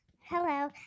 Hello